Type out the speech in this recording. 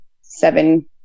seven